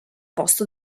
posto